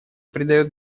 придает